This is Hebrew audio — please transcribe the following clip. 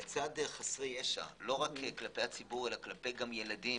לצד חסרי ישע לא רק כלפי הציבור אלא לצד ילדים